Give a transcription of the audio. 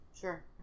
Sure